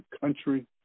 country